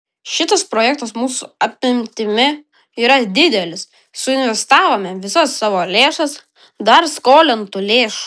šitas projektas mūsų apimtimi yra didelis suinvestavome visas savo lėšas dar skolintų lėšų